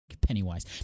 Pennywise